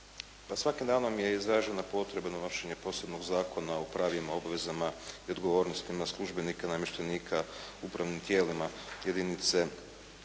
svakim danom je izražena potrebno donošenje posebnog Zakona o pravnim obvezama i odgovornostima službenika, namještenika u upravnim tijelima jedinice